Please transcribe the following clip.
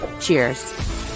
Cheers